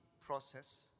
process